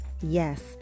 Yes